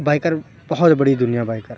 biker بہت بڑی دُنیا بائکر